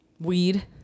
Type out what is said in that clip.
Weed